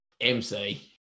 MC